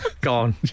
Gone